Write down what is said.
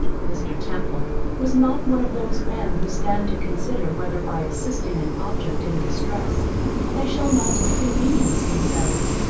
mr. temple was not one of those men who stand to consider whether by assisting an object in distress they shall not inconvenience themselves,